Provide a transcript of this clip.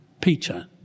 Peter